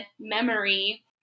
memory